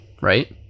right